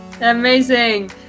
Amazing